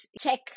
check